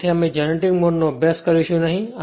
તેથી અમે જનરેટિંગ મોડનો અભ્યાસ કરીશું નહીં